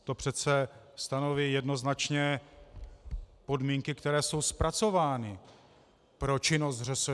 To přece stanoví jednoznačně podmínky, které jsou zpracovány pro činnost ŘSD.